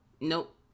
Nope